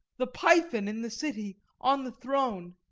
the python in the city, on the throne,